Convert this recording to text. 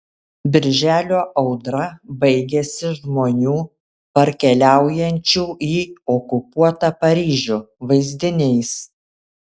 birželio audra baigiasi žmonių parkeliaujančių į okupuotą paryžių vaizdiniais